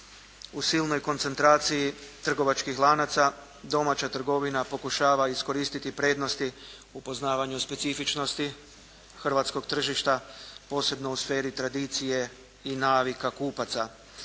U silnoj koncentraciji trgovačkih lanaca domaća trgovina pokušava iskoristiti prednosti u poznavanju specifičnosti hrvatskog tržišta, posebno u sferi tradicije i navika kupaca.